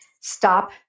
stop